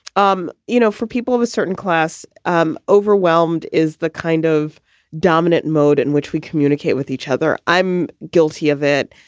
um you know, for people of a certain class um overwhelmed is the kind of dominant mode in which we communicate with each other. i'm guilty of it.